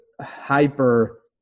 hyper